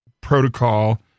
protocol